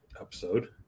episode